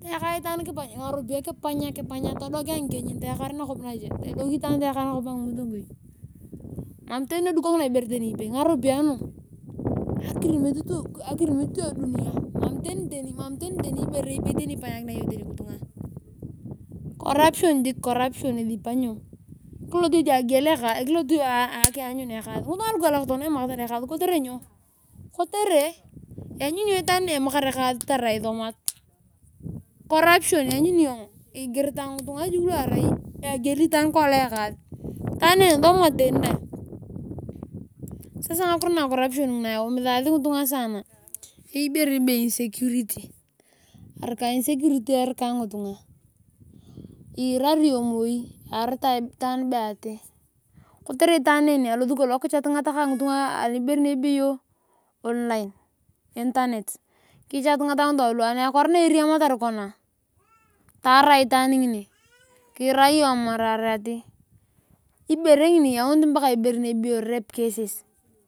teeka itaan ngaropiya tayaka todokia ngikieny tolasio nakopin nacheo tolot nakop angimusungui mam taniu nedukokio ibere tabni ipei. akirimit lu edunia mam tani ibere ipoei ipanyakinea iyong tani ngitunga tani ngitunga. Corruption jik corruption ipanyo. Kiloto iyong tu akianyuri ekaas. ngitunga lukadak tokona amamakatar ekaas kotere lanyuni iyong itaan ne emamarak ekaar tarai isomat corruption. lanyuni iyong igiritae itaan be agieli itaan ekaas nisomat tani dae. sasa ngakiro na corruption nguna eumisasi ngitunga saana aeyei ibere insecurity erika insecurity erika ngitunga. Irari iyong moi earitae itaan be ati kotere itaan en alosi kolong kichatingata kangitunga anibere anebeyo online. interact kichatingata ngitungalu ani akwaar nereamatar kona taarae itaan ngini kura iyong atamar aar ati ibere ngini eyaunit ibere be rape cases.